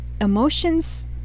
emotions